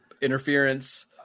interference